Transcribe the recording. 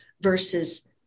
versus